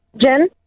Jen